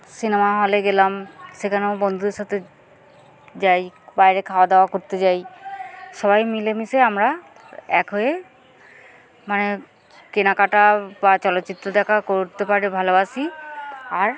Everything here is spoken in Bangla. সিনেমা হলে গেলাম সেখানেও বন্ধুদের সাথে যাই বাইরে খাওয়া দাওয়া করতে যাই সবাই মিলেমিশে আমরা এক হয়ে মানে কেনাকাটা বা চলচ্চিত্র দেখা করতে পারে ভালোবাসি আর